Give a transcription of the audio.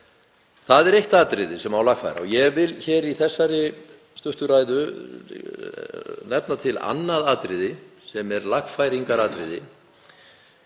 Það er eitt atriði sem má lagfæra. Ég vil í þessari stuttu ræðu nefna annað atriði sem er lagfæringaratriði.